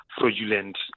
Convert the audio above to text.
fraudulent